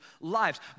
lives